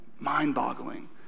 mind-boggling